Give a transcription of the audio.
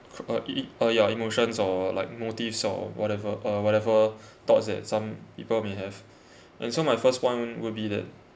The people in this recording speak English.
for uh i~ i~ ya emotions or like motives or whatever uh whatever thoughts that some people may have and so my first one will be that